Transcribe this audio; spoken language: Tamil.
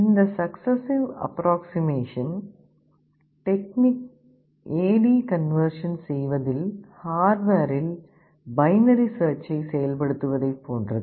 இந்த successive approximation technique AD conversion செய்வதில் ஹார்டுவேரில் பைனரி சேர்ச்சை செயல்படுத்துவதைப் போன்றது